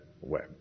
web